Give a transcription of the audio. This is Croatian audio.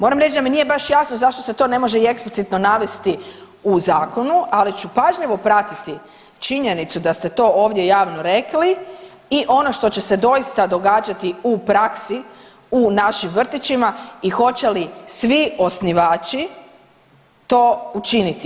Moram reć da mi nije baš jasno zašto se to ne može i eksplicitno navesti u zakonu, ali ću pažljivo pratiti činjenicu da ste to ovdje javno rekli i ono što će se doista događati u praksi u našim vrtićima i hoće li svi osnivači to učiniti.